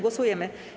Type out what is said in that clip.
Głosujemy.